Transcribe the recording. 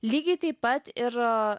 lygiai taip pat ir